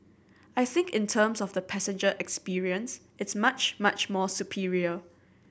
I think in terms of the passenger experience it's much much more superior